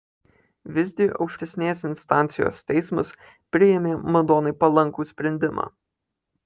visgi aukštesnės instancijos teismas priėmė madonai palankų sprendimą